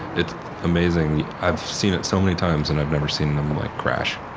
it's amazing. i've seen it so many times and i've never seen them like crash.